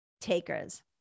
takers